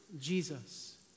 Jesus